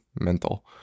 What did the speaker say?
mental